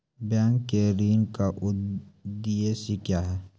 Bank के ऋण का उद्देश्य क्या हैं?